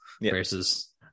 versus